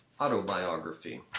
Autobiography